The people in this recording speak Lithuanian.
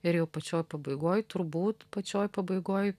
ir jau pačioj pabaigoj turbūt pačioj pabaigoj